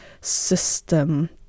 system